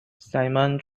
simon